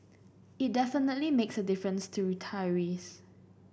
it definitely makes a difference to retirees